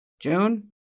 June